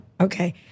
Okay